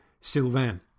Sylvain